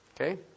Okay